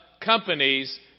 companies